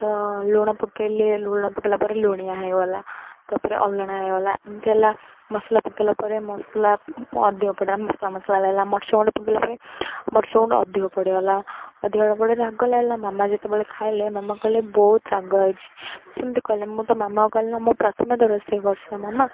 ତ ଲୁଣ ପକାଇଲେ ଲୁଣ ପକାଇଲା ପରେ ଲୁଣିଆ ହେଇଗଲା ତାପରେ ଅଲଣା ହେଇଗଲା ଏମିତି ହେଲା ମସଲା ପକାଇଲା ପରେ ମସଲା ଅଧିକ ମସଲା ମସଲା ଲାଗଲା ମରିଚ ଗୁଣ୍ଡ ପକାଇଲା ପରେ ମରିଚ ଗୁଣ୍ଡ ଅଧିକ ପଡ଼ିଗଲା ଅଧିକଡ଼ା ପଡ଼େ ରାଗ ଲାଗଲା ମାମା ଯେତେବେଳେ ଖାଇଲେ ମାମା କହିଲେ ବହୁତ ରାଗ ହେଇଛି ସେମିତି କହିଲେ ମୁଁ ତ ମାମା କହିଲ ନା ମୁଁ ପ୍ରଥମେ ତ ରୋଷେଇ କରସି ମାମା